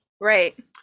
Right